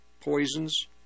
poisons